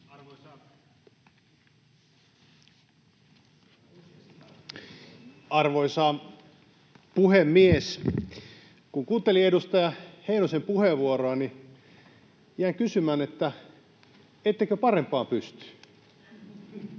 Arvoisa puhemies! Kun kuuntelin edustaja Heinosen puheenvuoroa, jäin kysymään, ettekö parempaan pysty.